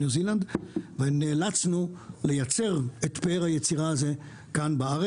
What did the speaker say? ניו זילנד ונאלצנו לייצר את פאר היצירה הזו בארץ.